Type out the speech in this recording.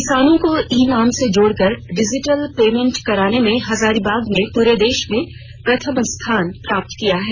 किसानों को e NAM से जोड़कर डिजिटल पेमेंट कराने में हजारीबाग ने पूरे देश में प्रथम स्थान प्राप्त किया है